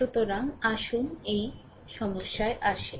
সুতরাং আসুন এই সমস্যায় আসি